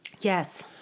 Yes